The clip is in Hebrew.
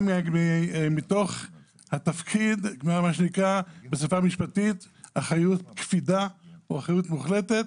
מתוך התפקיד, אחריות קפידה או אחריות מוחלטת